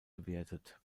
gewertet